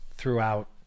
throughout